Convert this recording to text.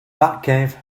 batcave